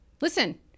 Listen